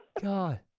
God